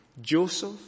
Joseph